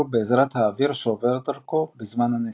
בעזרת האוויר שעובר דרכו בזמן הנסיעה.